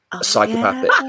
psychopathic